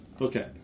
Okay